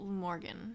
Morgan